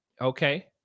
Okay